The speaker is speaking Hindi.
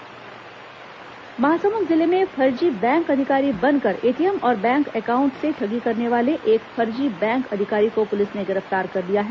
महासमुंद ठगी महासमुंद जिले में फर्जी बैंक अधिकारी बनकर एटीएम और बैंक अकाउंट से ठगी करने वाले एक फर्जी बैंक अधिकारी को पुलिस ने गिरफ्तार कर लिया है